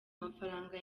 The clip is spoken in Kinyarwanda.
mafaranga